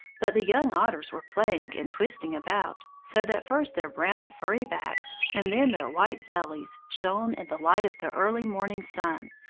but the young otters were playing and twisting about, so that first their brown furry backs, and then their white bellies, shone in the light of the early morning sun,